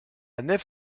nef